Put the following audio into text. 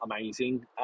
amazing